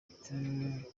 ati